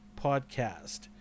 podcast